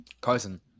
cousin